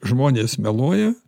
žmonės meluoja